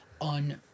on